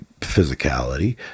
physicality